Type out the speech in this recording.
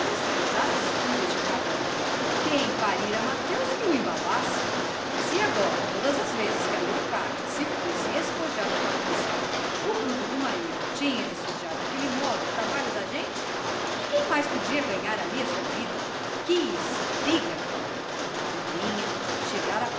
suportar as fúrias de cada um quem parira mateus que o embalasse se agora todas as vezes que a leocádia se fosse espojar no capinzal o bruto do marido tinha de sujar daquele modo o trabalho da gente ninguém mais poderia ganhar ali a sua vida que espiga pombinha chegara